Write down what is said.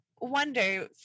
wonder